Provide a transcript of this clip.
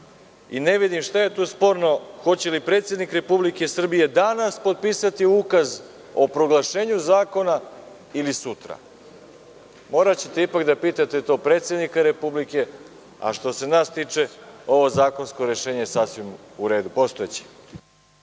i ne vidim šta je sporno hoće li predsednik Republike Srbije danas potpisati Ukaz o proglašenju zakona ili sutra? Ipak ćete morati da pitate predsednika Republike. Što se nas tiče ovo zakonsko rešenje je potpuno u redu. Postojeće